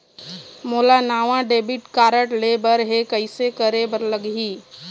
मोला नावा debit card लेबर हे, कइसे करे बर लगही?